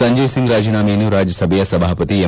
ಸಂಜಯ್ ಸಿಂಗ್ ರಾಜೀನಾಮೆಯನ್ನು ರಾಜ್ಯಸಭೆಯ ಸಭಾಪತಿ ಎಂ